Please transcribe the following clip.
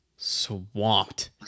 Swamped